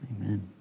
Amen